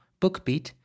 BookBeat